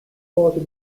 wisdom